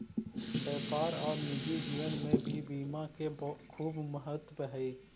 व्यापार और निजी जीवन में भी बीमा के खूब महत्व हई